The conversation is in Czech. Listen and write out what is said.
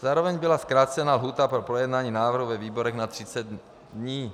Zároveň byla zkrácena lhůta pro projednání návrhu ve výborech na 30 dní.